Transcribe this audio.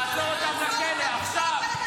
לעצור אותם בכלא עכשיו.